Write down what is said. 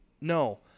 No